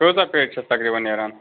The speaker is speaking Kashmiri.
کۭژاہ پیٚٹہِ چھَو تقریٖباً نیران